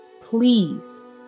please